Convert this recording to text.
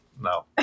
no